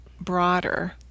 broader